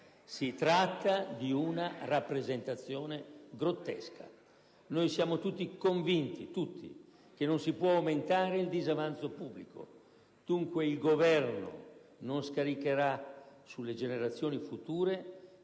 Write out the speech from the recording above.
Si tratta di una rappresentazione grottesca. Noi siamo tutti convinti - tutti - che non si può aumentare il disavanzo pubblico. Dunque, il Governo non scaricherà sulle generazioni future